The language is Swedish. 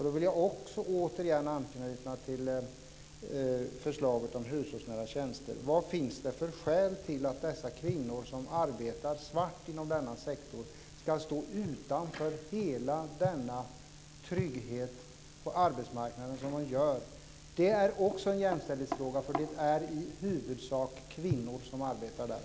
Då vill jag åter anknyta till förslaget om hushållsnära tjänster. Vad finns det för skäl till att de kvinnor som arbetar svart inom denna sektor ska stå utanför tryggheten på arbetsmarknaden? Det är också en jämställdhetsfråga, för det är i huvudsak kvinnor som arbetar där.